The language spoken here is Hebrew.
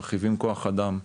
מרחיבים כוח אדם,